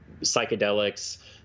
psychedelics